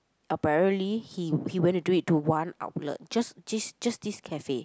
apparent he he went to do it to one outlet just just just this cafe